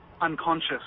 unconscious